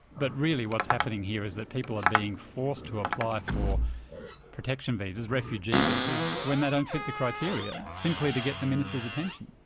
but really what's happening here is that people are being forced to apply for protection visas, refugee visas, when they don't fit the criteria, simply to get the minister's attention.